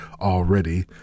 already